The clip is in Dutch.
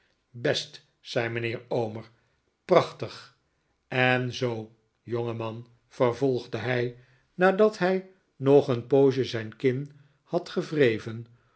best zei mijnheer omer prachtig en zoo jongeman vervolgde hij nadat hij nog een poosje zijn kin had gewreven